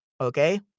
Okay